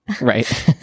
right